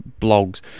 blogs